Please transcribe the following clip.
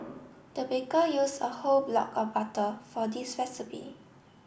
the baker use a whole block of butter for this recipe